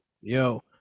Yo